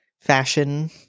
fashion